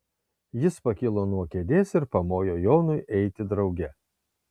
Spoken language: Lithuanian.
jis pakilo nuo kėdės ir pamojo jonui eiti drauge